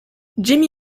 jimmy